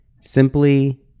Simply